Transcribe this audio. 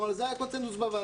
גם על זה היה קונצנזוס ‏בוועדה,